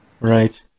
Right